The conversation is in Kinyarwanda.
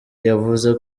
yavuze